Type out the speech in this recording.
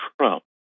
Trump